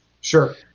Sure